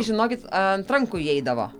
žinokit ant rankų įeidavo